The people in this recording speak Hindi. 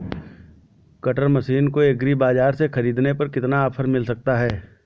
कटर मशीन को एग्री बाजार से ख़रीदने पर कितना ऑफर मिल सकता है?